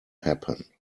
happen